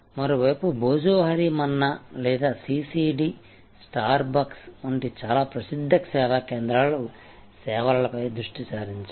మరోవైపు భోజోహోరి మన్నా లేదా CCD Starbucks వంటి చాలా ప్రసిద్ధ సేవా కేంద్రాలు సేవలపై దృష్టి సారించాయి